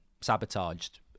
sabotaged